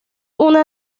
una